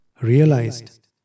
realized